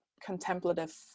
contemplative